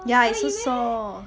ya I also saw